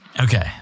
Okay